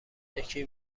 یکی